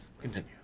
continue